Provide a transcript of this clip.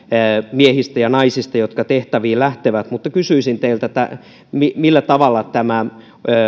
miehistä ja naisista jotka tehtäviin lähtevät mutta kysyisin teiltä millä tavalla tämä